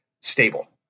stable